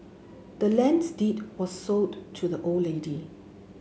the land's deed was sold to the old lady